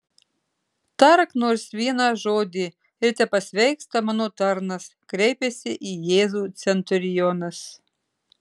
tark nors vieną žodį ir tepasveiksta mano tarnas kreipiasi į jėzų centurionas